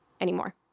anymore